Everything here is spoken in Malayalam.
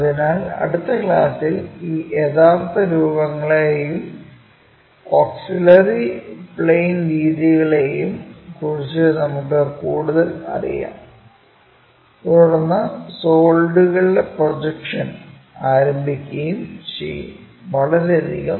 അതിനാൽ അടുത്ത ക്ലാസ്സിൽ ഈ യഥാർത്ഥ രൂപങ്ങളെയും ഓക്സിലറി പ്ലെയിൻ രീതികളെയും കുറിച്ച് നമുക്ക് കൂടുതൽ അറിയാം തുടർന്ന് സോളിഡുകളുടെ പ്രൊജക്ഷൻ ആരംഭിക്കുകയും ചെയ്യും